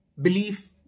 belief